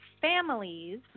families